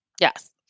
Yes